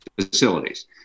facilities